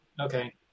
Okay